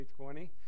2020